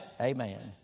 Amen